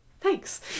Thanks